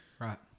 right